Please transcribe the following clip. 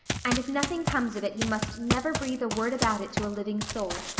and if nothing comes of it you must never breathe a word about it to a living soul.